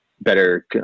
better